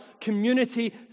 community